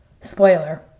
Spoiler